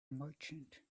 merchant